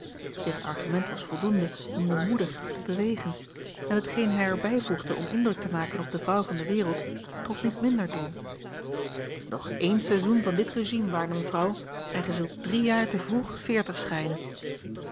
dit argument was voldoende om de moeder te bewegen en hetgeen hij er bijvoegde om indruk te maken op de vrouw van de wereld trof niet minder doel a l g bosboom-toussaint langs een omweg nog één seizoen van dit régime waarde mevrouw en gij zult drie jaar te vroeg veertig schijnen